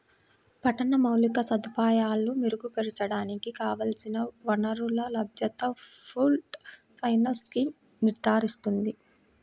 పట్టణ మౌలిక సదుపాయాలను మెరుగుపరచడానికి కావలసిన వనరుల లభ్యతను పూల్డ్ ఫైనాన్స్ స్కీమ్ నిర్ధారిస్తుంది